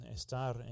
estar